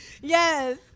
Yes